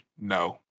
no